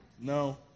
No